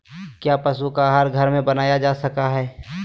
क्या पशु का आहार घर में बनाया जा सकय हैय?